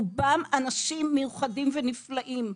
רובם אנשים מיוחדים ונפלאים.